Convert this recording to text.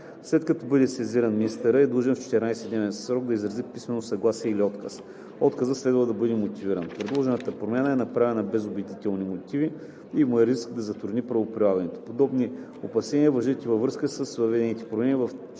След като бъде сезиран, министърът е длъжен в 14-дневен срок да изрази писмено съгласие или отказ. Отказът следва да бъде мотивиран. Предложената промяна е направена без убедителни мотиви и има риск да затрудни правоприлагането. Подобни опасения важат и във връзка с въведените промени по